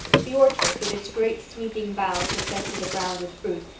the orchard, with its great sweeping boughs that bent to the ground with fruit,